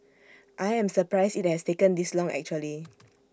I am surprised IT has taken this long actually